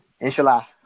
Inshallah